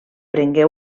prengué